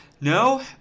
No